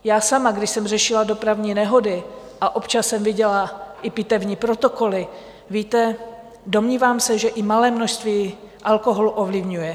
Já sama, když jsem řešila dopravní nehody, a občas jsem viděla i pitevní protokoly, víte, domnívám se, že i malé množství alkoholu ovlivňuje.